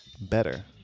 better